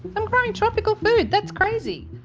i'm growing tropical food. that's crazy.